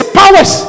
powers